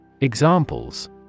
Examples